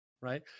Right